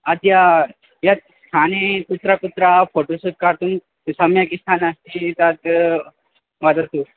अद्य यत् स्थाने कुत्र कुत्र फ़ोटो शूट् कर्तुं सम्यक् स्थाने अस्ति तद् वदतु